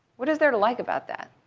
what is there to like about that?